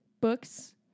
Books